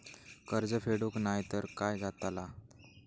कर्ज फेडूक नाय तर काय जाताला?